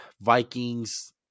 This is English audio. Vikings